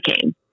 came